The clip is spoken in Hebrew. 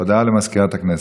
הודעה לסגנית מזכיר הכנסת.